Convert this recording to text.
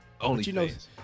OnlyFans